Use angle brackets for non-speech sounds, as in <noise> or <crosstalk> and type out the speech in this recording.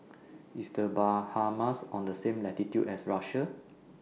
<noise> IS The Bahamas on The same latitude as Russia